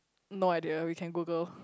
no idea we can google